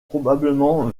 probablement